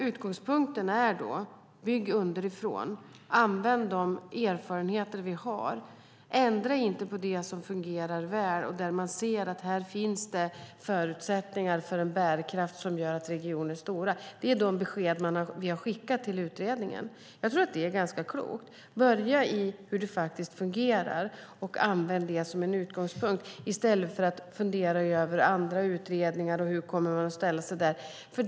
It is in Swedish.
Utgångspunkten är att bygga underifrån, använda de erfarenheter som finns och inte ändra på det som fungerar väl och där det finns förutsättningar för bärkraftiga regioner. Det är de besked vi har skickat till utredningen. Jag tror att det är klokt att börja i hur det faktiskt fungerar och använda det som utgångspunkt i stället för att fundera över hur man kommer att ställa sig i andra utredningar.